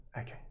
Okay